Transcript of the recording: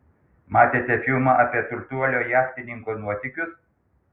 matėte filmą apie turtuolio jachtininko nuotykius